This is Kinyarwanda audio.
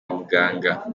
muganga